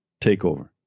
takeover